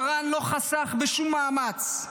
מרן לא חסך בשום מאמץ,